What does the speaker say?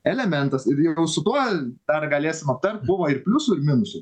elementas ir jau su tuo tą ir galėsim aptart buvo ir pliusų ir minusų